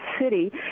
City